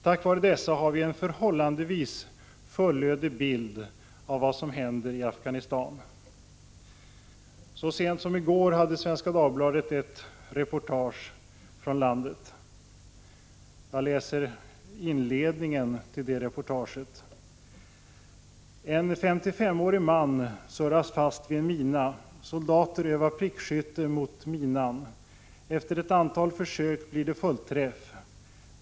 Tack vare dessa har vi en förhållandevis fullödig bild av vad som händer i Afghanistan. Så sent som i går hade Svenska Dagbladet ett reportage från landet. Jag läser inledningen till reportaget: ”En S5S5-årig man surras fast vid en mina. Soldater övar prickskytte mot minan. Efter ett antal försök blir det fullträff.